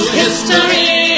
history